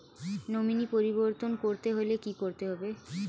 Nominee পরিবর্তন করতে হলে কী করতে হবে?